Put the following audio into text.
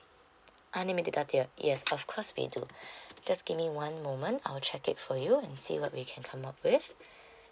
unlimited data tier yes of course we do just give me one moment I'll check it for you and see what we can come up with